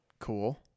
Cool